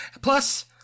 Plus